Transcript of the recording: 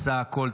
עשה הכול,